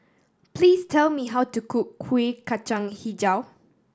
please tell me how to cook Kuih Kacang Hijau